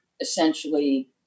essentially